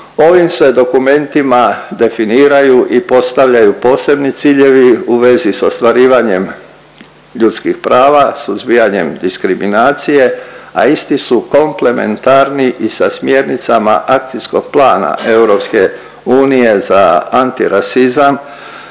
Ovim se dokumentima definiraju i postavljaju posebni ciljevi u vezi s ostvarivanjem ljudskih prava, suzbijanjem diskriminacije, a isti su komplementarni i sa smjernicama akcijskog plana EU za antirasizam